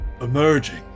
Emerging